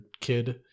kid